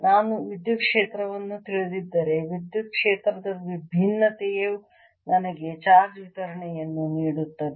ನಾನು ವಿದ್ಯುತ್ ಕ್ಷೇತ್ರವನ್ನು ತಿಳಿದಿದ್ದರೆ ವಿದ್ಯುತ್ ಕ್ಷೇತ್ರದ ಭಿನ್ನತೆಯು ನನಗೆ ಚಾರ್ಜ್ ವಿತರಣೆಯನ್ನು ನೀಡುತ್ತದೆ